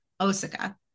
Osaka